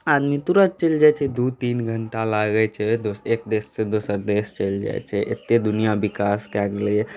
आदमी तुरन्त चलि जाइत छै दू तीन घण्टा लागैत छै एक देशसँ दोसर देश चलि जाइत छै एतेक दुनिआँ विकास कए गेलैए